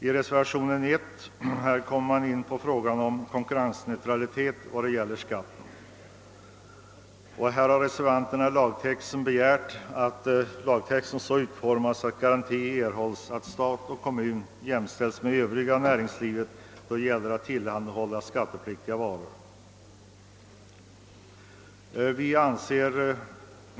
I reservation 1 kommer vi reservanter in på frågan om konkurrensneutralitet vad beträffar skatten. Vi har där föreslagit att sagtexten utformas så, att garantier fås för att stat och kommun jämställs med det övriga näringslivet när det gäller att tillhandahålla skattepliktiga varor.